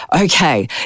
Okay